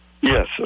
Yes